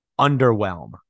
underwhelm